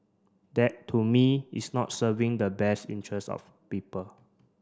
that to me is not serving the best interests of people